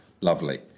lovely